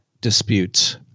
disputes